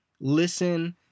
Listen